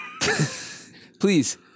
Please